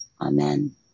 Amen